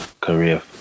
career